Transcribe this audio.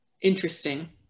interesting